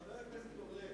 חבר הכנסת אורלב,